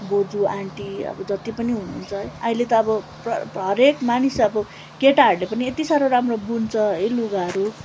बोजू आन्टी अब जत्ति पनि हुनुहुन्छ है अहिले त अब प्र हरेक मानिस अब केटाहरूले पनि यति सारो राम्रो बुन्छ है लुगाहरू